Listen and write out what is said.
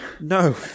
No